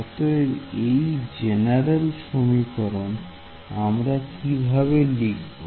অতএব এর জেনারেল সমীকরণ আমরা কিভাবে লিখব